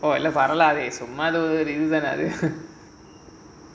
எல்லாம் பரவலா அதுசும்மா இதுதானே அது:ellaam paravaala adhu summa idhuthaanae